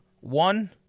one